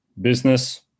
business